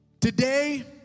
Today